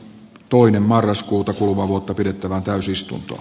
toinen marraskuuta kuluvaa vuotta pidettävään täysistunto